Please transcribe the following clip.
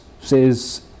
says